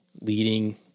leading